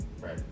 Right